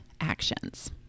actions